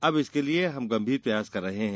अब इसके लिए हम गंभीर प्रयास कर रहे हैं